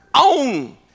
own